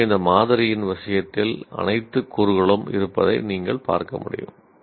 எனவே இந்த மாதிரியின் விஷயத்தில் அனைத்து கூறுகளும் இருப்பதை நீங்கள் பார்க்க முடியும்